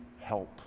help